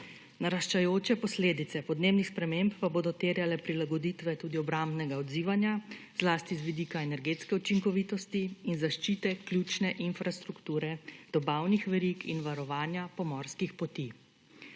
Naraščajoče posledice podnebnih sprememb bodo terjale prilagoditve tudi obrambnega odzivanja zlasti z vidika energetske učinkovitosti in zaščite ključne infrastrukture dobavnih verig in varovanja pomorskih poti.